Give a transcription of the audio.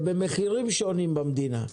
יש גם מחירים שונים במדינה.